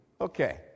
okay